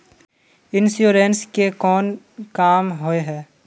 Insurance के कोन काम होय है?